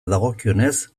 dagokionez